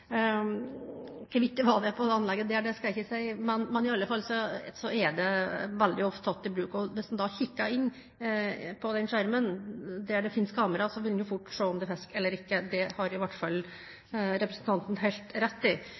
Hvorvidt man har det på det anlegget, skal jeg ikke si, men i alle fall er det veldig ofte tatt i bruk. Hvis man da kikker inn på skjermen der det finnes kamera, vil man fort se om det er fisk eller ikke. Det har i hvert fall representanten helt rett i.